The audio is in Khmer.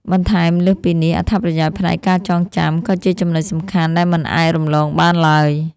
បន្ថែមលើសពីនេះ អត្ថប្រយោជន៍ផ្នែកការចងចាំ ក៏ជាចំណុចសំខាន់ដែលមិនអាចរំលងបានឡើយ